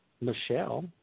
Michelle